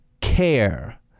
care